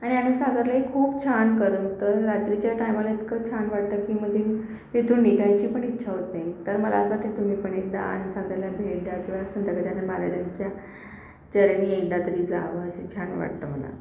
आणि आनंदसागरलाही खूप छान करमतं रात्रीच्या टायमाला इतकं छान वाटतं की म्हणजे तिथून निघायची पण इच्छा होत नाही तर मला असं वाटतं की तुम्ही पण एकदा आनंदसागरला भेट द्या किंवा संत गजानन महाराजांच्या चरणी एकदा तरी जावं असं छान वाटतं मला